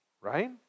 Right